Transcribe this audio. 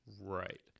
Right